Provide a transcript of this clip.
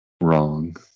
wrong